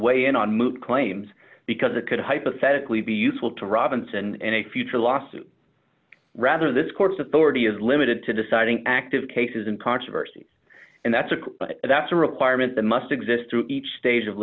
weigh in on moot claims because it could hypothetically be useful to robinson in a future lawsuit rather this court's authority is limited to deciding active cases and controversy and that's a that's a requirement that must exist through each stage of